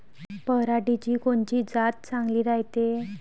पऱ्हाटीची कोनची जात चांगली रायते?